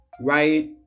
right